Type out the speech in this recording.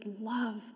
love